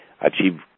achieve